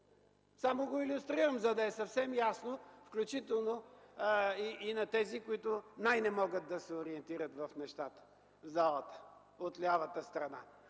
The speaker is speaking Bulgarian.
Само го илюстрирам, за да е съвсем ясно, включително и на тези, които най не могат да се ориентират в нещата – в залата, от лявата страна.